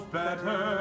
better